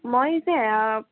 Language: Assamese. মই যে